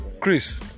Chris